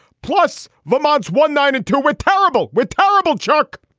plus, vermont, one night and two with tarbell with tarbell. chuck,